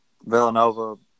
Villanova